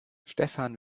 stefan